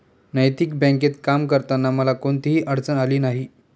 नैतिक बँकेत काम करताना मला कोणतीही अडचण आली नाही